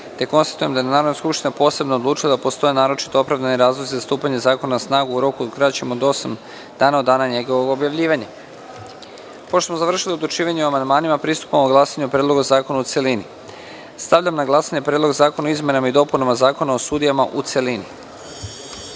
poslanika. Konstatujem da je Narodna skupština posebno odlučila da postoje naročito opravdani razlozi za stupanje zakona na snagu u roku kraćem od osam dana od dana njegovog objavljivanja. Pošto smo završili odlučivanje o amandmanima, pristupamo glasanju o Predlogu zakona u celini. Stavljam na glasanje Predlog zakona o izmenama i dopunama Zakona o sudijama, u celini. Molim